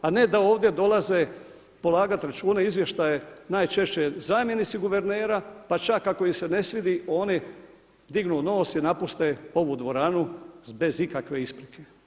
A ne da ovdje dolaze polagati račune izvještaje najčešće zamjenici guvernera, pa čak ako im se ne svidi oni dignu nos i napuste ovu dvoranu bez ikakve isprike.